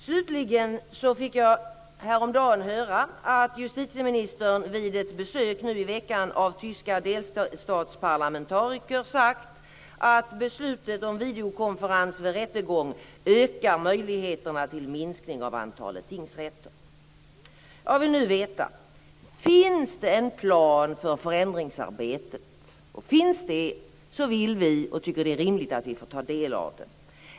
Slutligen fick jag häromdagen höra att justitieministern, vid ett besök av tyska delstatsparlamentariker nu i veckan, sagt att beslutet om videokonferens vid rättegång ökar möjligheterna till minskning av antalet tingsrätter. Jag vill nu veta om det finns en plan för förändringsarbetet. Om det finns en sådan tycker vi att det är rimligt att vi får ta del av den.